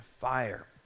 fire